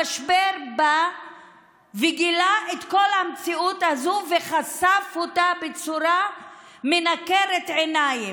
המשבר בא וגילה את כל המציאות הזאת וחשף אותה בצורה מנקרת עיניים,